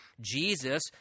Jesus